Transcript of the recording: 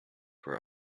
were